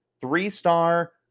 Three-star